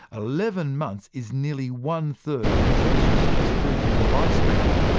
eleven months is nearly one third of his fish's three year lifespan.